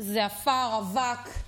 זה עפר, אבק,